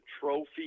trophy